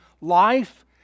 life